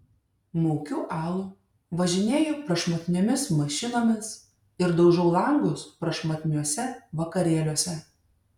maukiu alų važinėju prašmatniomis mašinomis ir daužau langus prašmatniuose vakarėliuose